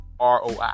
ROI